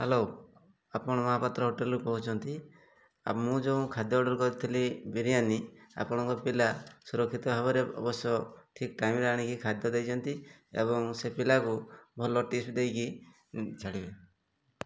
hello ଆପଣ ମହାପାତ୍ର ହୋଟେଲ୍ରୁ କହୁଛନ୍ତି ଆଉ ମୁଁ ଯୋଉ ଖାଦ୍ୟ ଅର୍ଡ଼ର୍ କରିଥିଲି ବିରିୟାନୀ ଆପଣଙ୍କ ପିଲା ସୁରକ୍ଷିତ ଭାବରେ ଅବଶ୍ୟ ଠିକ୍ ଟାଇମ୍ରେ ଆଣିକି ଖାଦ୍ୟ ଦେଇଛନ୍ତି ଏବଂ ସେ ପିଲାକୁ ଭଲ ଟିପ୍ସ ଦେଇକି ଛାଡ଼ିବେ